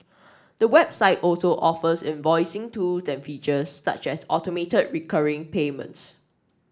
the website also offers invoicing tools and features such as automated recurring payments